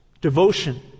devotion